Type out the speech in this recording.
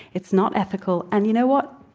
it's not ethical. and you know what?